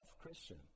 Christian